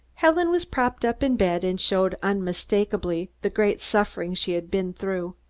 helen was propped up in bed and showed unmistakably the great suffering she had been through.